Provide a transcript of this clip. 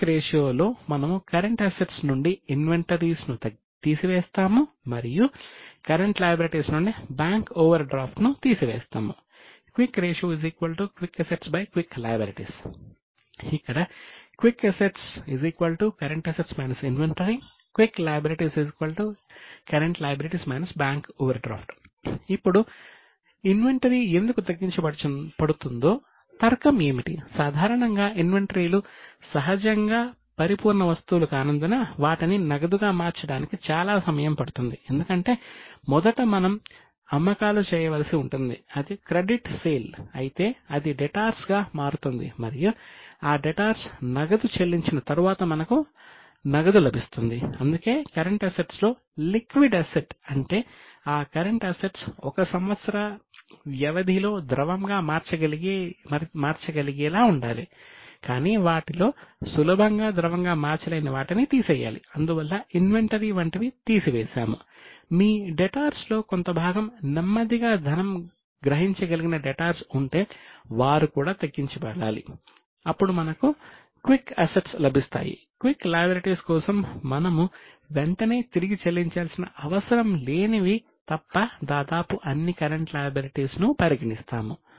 quick assets quick ratio quick liabilities ఇక్కడ quick assets quick liabilities ఇప్పుడు ఇన్వెంటరీను పరిగణిస్తాము